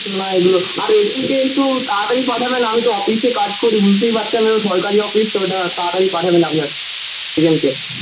না এগুলো আর এদিকে একটু তাড়াতাড়ি পাঠাবেন আমি তো অফিসে কাজ করি বুঝতেই পারছেন সরকারি অফিস তো ওটা তাড়াতাড়ি পাঠাবেন আপনার এজেন্ট কে